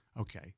Okay